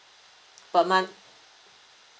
per month